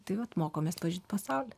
tai vat mokomės pažint pasaulį